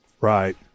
Right